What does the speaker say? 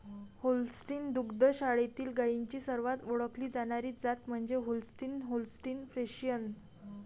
Holstein दुग्ध शाळेतील गायींची सर्वात ओळखली जाणारी जात म्हणजे होल्स्टीन होल्स्टीन फ्रिशियन